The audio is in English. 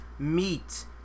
Meat